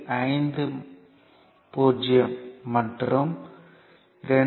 50 மற்றும் 2